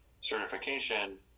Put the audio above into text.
certification